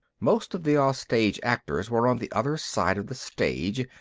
most of the offstage actors were on the other side of the stage,